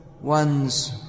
one's